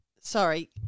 sorry